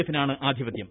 എഫിനാണ് ആധിപത്യം